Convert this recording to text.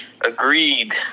agreed